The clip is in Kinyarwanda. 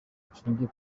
bushingiye